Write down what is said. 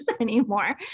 anymore